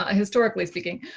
ah historically speaking